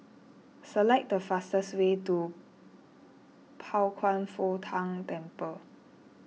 select the fastest way to Pao Kwan Foh Tang Temple